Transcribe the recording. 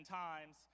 times